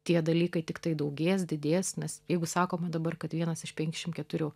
tie dalykai tiktai daugės didės nes jeigu sakoma dabar kad vienas iš penkiašim keturių